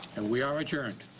and we are adjourned.